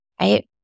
right